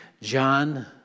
John